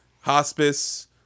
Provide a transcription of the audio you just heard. hospice